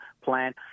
plan